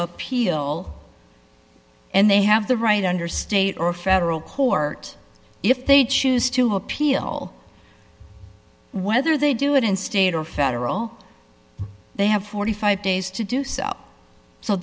appeal and they have the right under state or federal court if they choose to appeal whether they do it in state or federal they have forty five dollars days to do so so